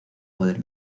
poder